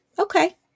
Okay